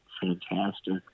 fantastic